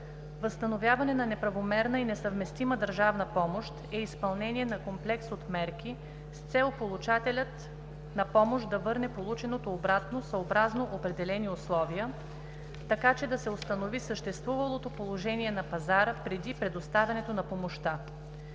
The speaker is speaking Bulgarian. „Възстановяване на неправомерна и несъвместима държавна помощ“ е изпълнение на комплекс от мерки с цел получателят на помощ да върне полученото обратно съобразно определени условия, така че да се установи съществувалото положение на пазара преди предоставянето на помощта,